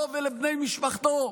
לו ולבני משפחתו,